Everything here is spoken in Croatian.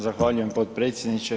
Zahvaljujem potpredsjedniče.